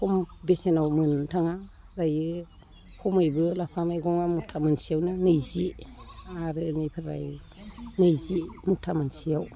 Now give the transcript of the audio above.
खम बेसेनाव मोननो थाङा दायो खमैबो लाफा मैगङा मुथा मोनसेयावनो नैजि आरो इनिफ्राय नैजि मुथा मोनसेयाव